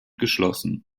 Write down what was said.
geschlossen